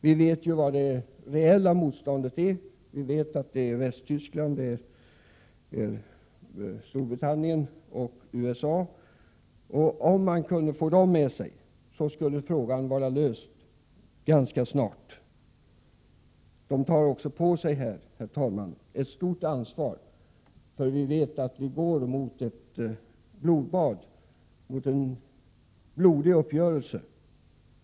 Vi vet ju var det reella motståndet är beläget: det är Västtyskland, Storbritannien och USA, och om vi kunde få dem med oss, skulle frågan vara löst ganska snart. Dessa länder tar också på sig, herr talman, ett stort ansvar eftersom vi vet att vi går mot en blodig uppgörelse.